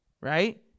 Right